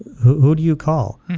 who who do you call?